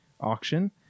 auction